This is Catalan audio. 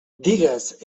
digues